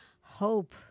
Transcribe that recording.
Hope